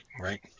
right